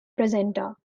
presenter